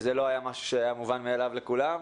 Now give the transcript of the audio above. וזה לא היה משהו שהיה מובן מאליו לכולם.